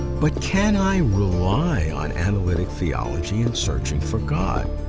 but can i rely on analytic theology in searching for god?